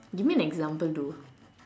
give me an example though